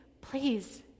please